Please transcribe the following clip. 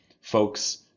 folks